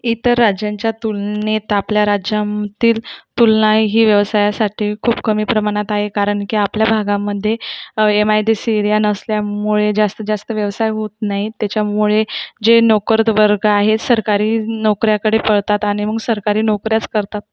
इतर राज्यांच्या तुलनेत आपल्या राज्यांतील तुलना ही व्यवसायासाठी खूप कमी प्रमाणात आहे कारण की आपल्या भागामध्ये M I D C area नसल्यामुळे जास्त जास्त व्यवसाय होत नाही त्याच्यामुळे जे नोकर द वर्ग आहे सरकारी नोकऱ्याकडे पळतात आणि मग सरकारी नोकऱ्याच करतात